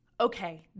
Okay